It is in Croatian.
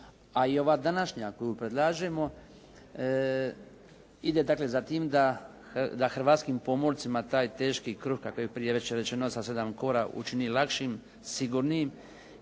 a i ova današnja koju predlažemo, ide dakle za tim da hrvatskim pomorcima taj teški kruh kako je prije već rečeno, sa sedam kora, učini lakšim i sigurnijim.